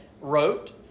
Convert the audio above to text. wrote